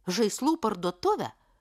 žaislų parduotuvę